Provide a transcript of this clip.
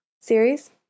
series